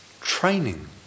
training